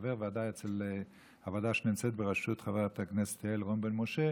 חבר הוועדה שנמצאת בראשות חברת הכנסת יעל רון בן משה.